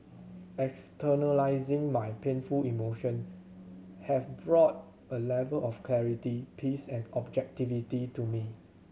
externalizing my painful emotion have brought a level of clarity peace and objectivity to me